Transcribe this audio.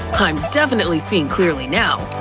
i'm definitely seeing clearly now.